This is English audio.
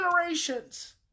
generations